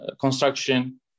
construction